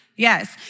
Yes